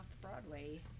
Broadway